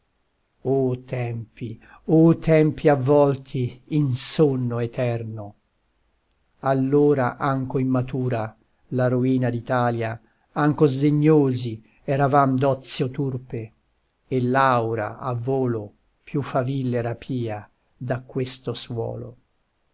oh tempi oh tempi avvolti in sonno eterno allora anco immatura la ruina d'italia anco sdegnosi eravam d'ozio turpe e l'aura a volo più faville rapia da questo suolo